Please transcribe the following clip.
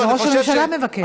אני חושב, ראש הממשלה מבקש.